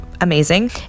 amazing